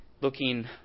looking